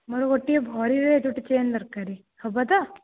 ମୋର ଗୋଟିଏ ଭରିରେ ଗୋଟେ ଚେନ ଦରକାର ହେବ ତ